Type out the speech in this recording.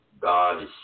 God